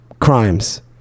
crimes